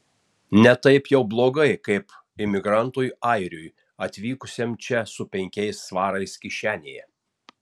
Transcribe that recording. ne taip jau blogai kaip imigrantui airiui atvykusiam čia su penkiais svarais kišenėje